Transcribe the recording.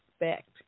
expect